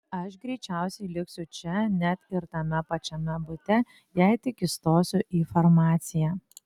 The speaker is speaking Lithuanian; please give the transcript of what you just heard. aš greičiausiai liksiu čia net ir tame pačiame bute jei tik įstosiu į farmaciją